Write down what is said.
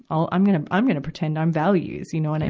all, i'm gonna, i'm gonna pretend i'm values, you know what i